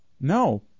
No